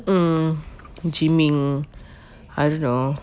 mm gym-ing I don't know